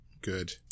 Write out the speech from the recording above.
Good